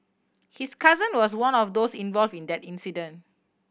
his cousin was one of those involve in that incident